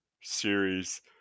series